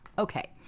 Okay